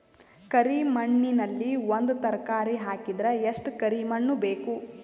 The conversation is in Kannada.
ಕರಿ ಮಣ್ಣಿನಲ್ಲಿ ಒಂದ ತರಕಾರಿ ಹಾಕಿದರ ಎಷ್ಟ ಕರಿ ಮಣ್ಣು ಬೇಕು?